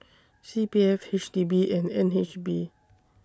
C P F H D B and N H B